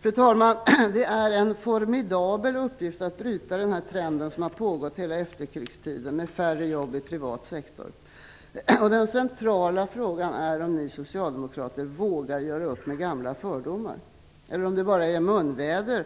Fru talman! Den är en formidabel uppgift att bryta den trend av färre jobb i privat sektor, som har pågått under hela efterkrigstiden. Den centrala frågan är om ni socialdemokrater vågar göra upp med gamla fördomar, eller om det bara är munväder